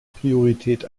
priorität